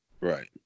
Right